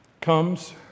comes